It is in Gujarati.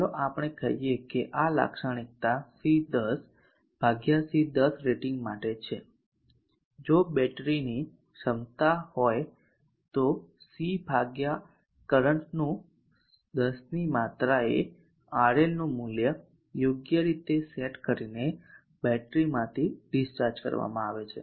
ચાલો આપણે કહીએ કે આ લાક્ષણિકતા C10 C10 રેટિંગ માટે છે જો C બેટરીની ક્ષમતા હોય તો C ભાગ્યા કરંટ નું 10 ની માત્રા એ RL નું મૂલ્ય યોગ્ય રીતે સેટ કરીને બેટરીમાંથી ડિસ્ચાર્જ કરવામાં આવે છે